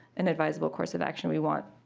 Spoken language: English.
inadvisable course of action we want.